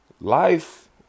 Life